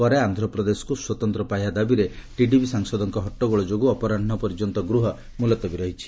ପରେ ଆନ୍ଧ୍ରପ୍ରଦେଶକୁ ସ୍ପତନ୍ତ୍ର ପାହ୍ୟା ଦାବିରେ ଟିଡିପି ସାଂସଦଙ୍କ ହଟ୍ଟଗୋଳ ଯୋଗୁଁ ଗୃହ ଅପରାହୁ ପର୍ଯ୍ୟନ୍ତ ମୁଲତବୀ ରହିଛି